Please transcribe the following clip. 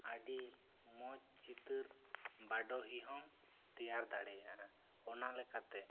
ᱟᱹᱰᱤ ᱢᱚᱡᱽ ᱪᱤᱛᱟᱹᱨ ᱵᱟᱰᱚᱦᱤ ᱦᱚᱸᱢ ᱛᱮᱭᱟᱨ ᱫᱟᱲᱮᱭᱟᱜᱼᱟ ᱚᱱᱟ ᱞᱮᱠᱟᱛᱮ